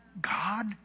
God